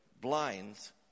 blinds